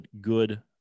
good